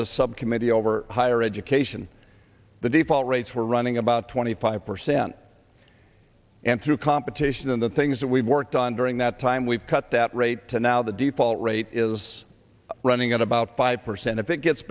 the subcommittee over higher education the default rates were running about twenty five percent and through competition in the things that we've worked on during that time we've cut that rate to now the default rate is running at about five percent if it gets